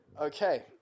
Okay